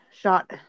shot